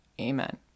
Amen